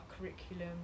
curriculum